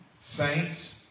Saints